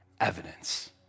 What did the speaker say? evidence